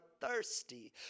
thirsty